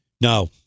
No